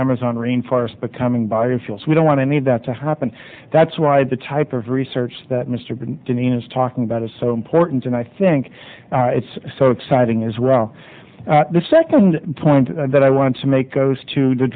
amazon rain forest becoming biofuels we don't want to need that to happen that's why the type of research that mr dineen is talking about is so important and i think it's so exciting is well the second point that i want to make goes to the